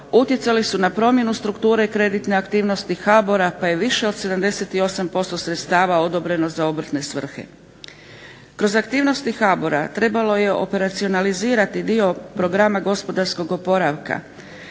utjecale su na promjenu strukture kreditne aktivnosti HBOR-a pa je više od 78% sredstava odobreno za obrtne svrhe. Kroz aktivnosti HBOR-a trebalo je operacionalizirati dio programa gospodarskog oporavka,